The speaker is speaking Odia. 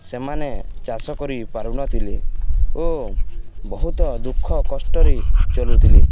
ସେମାନେ ଚାଷ କରିପାରୁନଥିଲେ ଓ ବହୁତ ଦୁଃଖ କଷ୍ଟରେ ଚଳୁଥିଲେ